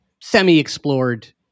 semi-explored